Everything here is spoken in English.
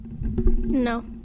No